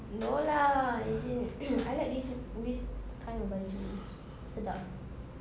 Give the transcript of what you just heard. no lah as in I like this bugis kind of baju sedap